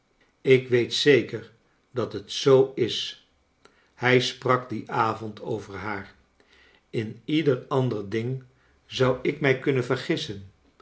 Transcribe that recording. ik weet zeker dat het zoo is i hij sprak dien avond over haar in i ieder ander ding zou ik mij kunnen vergissen